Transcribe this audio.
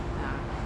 ya